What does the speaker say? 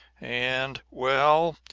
and well,